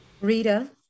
Rita